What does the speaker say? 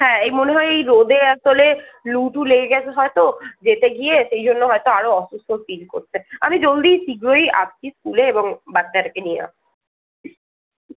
হ্যাঁ এই মনে হয় এই রোদে আসলে লু টু লেগে গেছে হয়তো যেতে গিয়ে সেইজন্য হয়তো আরো অসুস্থ ফিল করছে আমি জলদি শীঘ্রই আসছি স্কুলে এবং বাচ্চাটাকে নিয়ে আসছি